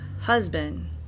husband